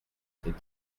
était